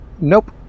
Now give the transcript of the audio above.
Nope